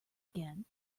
again